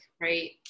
right